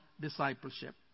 discipleship